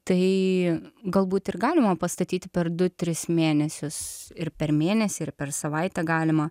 tai galbūt ir galima pastatyti per du tris mėnesius ir per mėnesį ir per savaitę galima